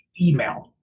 Email